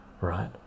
right